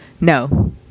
No